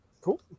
cool